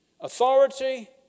authority